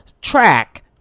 track